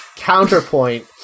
counterpoint